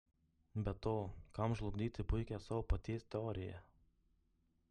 be to kam žlugdyti puikią savo paties teoriją